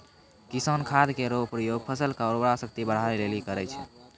किसान खाद केरो प्रयोग फसल म उर्वरा शक्ति बढ़ाय लेलि करै छै